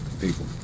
People